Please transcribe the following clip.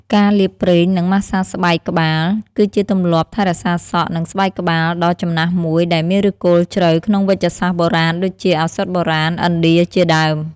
ការលាបប្រេង និងម៉ាស្សាស្បែកក្បាល គឺជាទម្លាប់ថែរក្សាសក់ និងស្បែកក្បាលដ៏ចំណាស់មួយដែលមានឫសគល់ជ្រៅក្នុងវេជ្ជសាស្ត្របុរាណ ដូចជា ឱសថបុរាណឥណ្ឌាជាដើម។